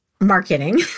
marketing